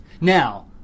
Now